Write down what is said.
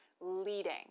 leading